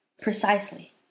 precisely